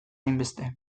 hainbeste